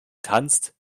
tanzt